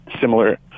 similar